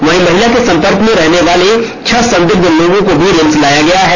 वहीं महिला के संपर्क में रहने वाले छह संदिग्ध लोगों को भी रिम्स लाया गया है